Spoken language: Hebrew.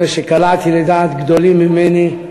אני רואה שקלעתי לדעת גדולים ממני,